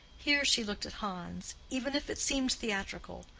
here she looked at hans even if it seemed theatrical.